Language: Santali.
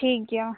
ᱴᱷᱤᱠᱜᱮᱭᱟ